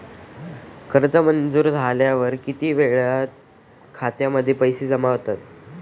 कर्ज मंजूर झाल्यावर किती वेळात पैसे खात्यामध्ये जमा होतात?